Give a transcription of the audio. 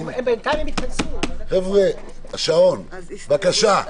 חבר'ה, השעון, בבקשה.